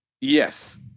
Yes